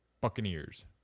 Buccaneers